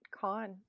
con